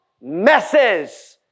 messes